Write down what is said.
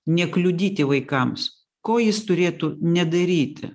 nekliudyti vaikams ko jis turėtų nedaryti